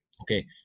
okay